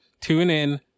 TuneIn